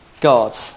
God